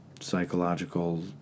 psychological